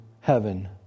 heaven